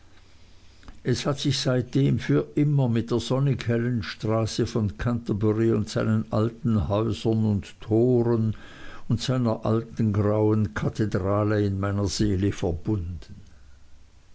es hat sich seitdem für immer mit der sonnig hellen straße von canterbury und seinen alten häusern und toren und seiner alten grauen kathedrale in meiner seele verbunden